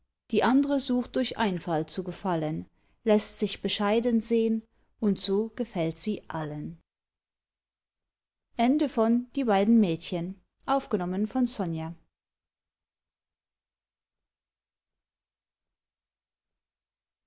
die andre sucht durch einfalt zu gefallen läßt sich bescheiden sehn und so gefällt sie allen